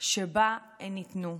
שבה הן ניתנו.